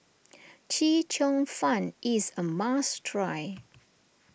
Chee Cheong Fun is a must try